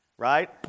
Right